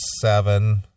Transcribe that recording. seven